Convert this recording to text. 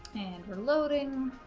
and we're loading.